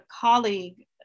colleague